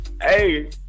Hey